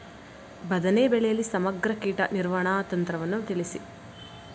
ಬದನೆ ಬೆಳೆಯಲ್ಲಿ ಸಮಗ್ರ ಕೀಟ ನಿರ್ವಹಣಾ ತಂತ್ರವನ್ನು ತಿಳಿಸಿ?